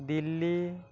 Delhi